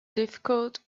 difficult